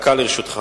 דקה לרשותך.